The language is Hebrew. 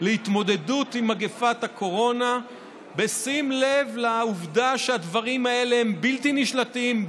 להתמודדות עם מגפת הקורונה בשים לב לעובדה שהדברים האלה הם בלתי נשלטים,